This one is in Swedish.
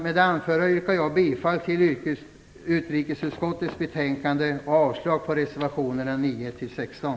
Med det anförda yrkar jag bifall till hemställan i utrikesutskottets betänkande och avslag på reservationerna 9-16.